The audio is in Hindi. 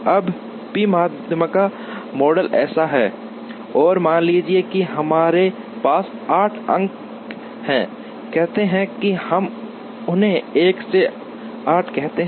अब पी माध्यिका मॉडल ऐसा है और मान लीजिए कि हमारे पास 8 अंक हैं कहते हैं कि हम उन्हें 1 से 8 कहते हैं